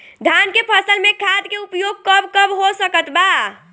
धान के फसल में खाद के उपयोग कब कब हो सकत बा?